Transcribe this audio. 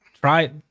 try